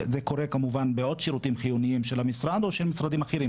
זה קורה כמובן בעוד שירותים חיוניים של המשרד ושל משרדים אחרים,